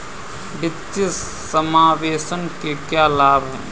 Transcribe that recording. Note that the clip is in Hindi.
वित्तीय समावेशन के क्या लाभ हैं?